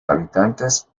habitantes